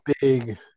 big